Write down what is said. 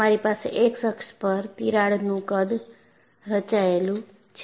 તમારી પાસે x અક્ષ પર તિરાડનું કદ રચાયેલું છે